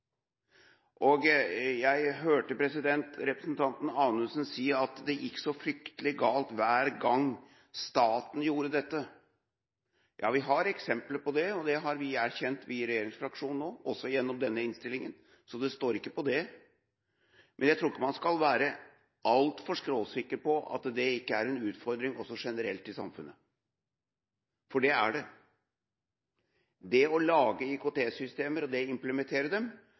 gikk så fryktelig galt hver gang staten gjorde dette. Ja, vi har eksempler på det, og det har også vi i regjeringsfraksjonen erkjent, også gjennom denne innstillingen, så det står ikke på det. Men jeg tror ikke man skal være altfor skråsikker på at dette ikke er en utfordring også generelt i samfunnet – for det er det. Det å lage IKT-systemer og det å implementere dem